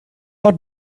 not